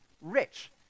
rich